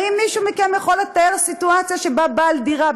האם מישהו מכם יכול לתאר סיטואציה שבה בעל דירה,